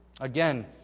Again